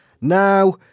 Now